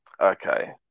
Okay